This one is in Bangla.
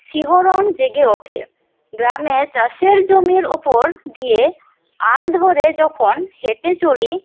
শিহরণ জেগে ওঠে গ্রামে চাষের জমির ওপর দিয়ে আল ধরে যখন হেঁটে চলি